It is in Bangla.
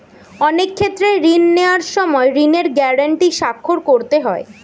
অনেক ক্ষেত্রে ঋণ নেওয়ার সময় ঋণের গ্যারান্টি স্বাক্ষর করতে হয়